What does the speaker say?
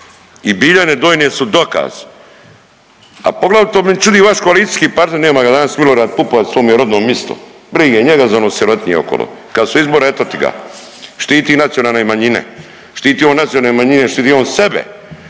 i Biljane Donje su dokaz. A poglavito me čudi vaš koalicijski partner nema ga danas Milorad Pupovac to mu je rodno misto, brige njega za onu sirotinju okolo. Kad su izbori eto ti ga, štiti nacionalne manjine. Štiti on nacionalne manje, štiti on sebi,